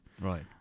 Right